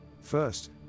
first